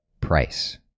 price